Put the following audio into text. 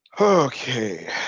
Okay